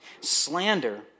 Slander